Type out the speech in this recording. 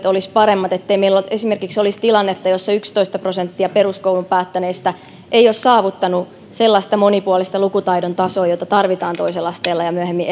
olisivat paremmat ettei meillä esimerkiksi olisi tilannetta jossa yksitoista prosenttia peruskoulun päättäneistä ei ole saavuttanut sellaista monipuolista lukutaidon tasoa jota tarvitaan toisella asteella ja myöhemmin